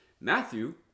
Matthew